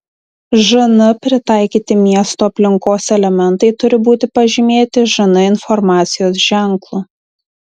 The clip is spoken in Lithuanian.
žn pritaikyti miesto aplinkos elementai turi būti pažymėti žn informacijos ženklu